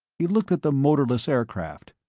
he looked at the motorless aircraft.